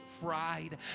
fried